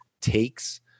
takes